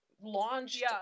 launched